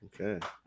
Okay